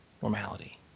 normality